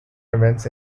events